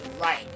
Right